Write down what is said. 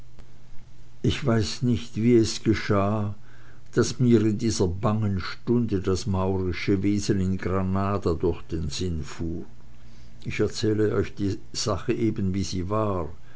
ich weiß nicht wie es geschah daß mir in dieser bangen stunde das maurische wesen in granada durch den sinn fuhr ich erzähle euch eben die sache wie sie war